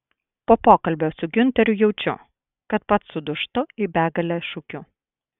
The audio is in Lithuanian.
po pokalbio su giunteriu jaučiu kad pats sudūžtu į begalę šukių